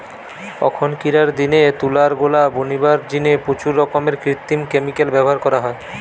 অখনকিরার দিনে তুলার গোলা বনিবার জিনে প্রচুর রকমের কৃত্রিম ক্যামিকাল ব্যভার করা হয়